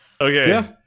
Okay